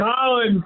Colin